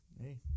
Hey